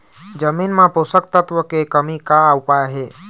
जमीन म पोषकतत्व के कमी का उपाय हे?